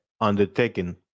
undertaken